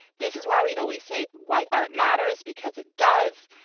this is why we always say why art matters because it does.